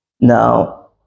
Now